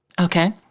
Okay